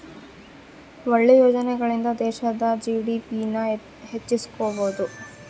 ಒಳ್ಳೆ ಯೋಜನೆಗಳಿಂದ ದೇಶದ ಜಿ.ಡಿ.ಪಿ ನ ಹೆಚ್ಚಿಸ್ಬೋದು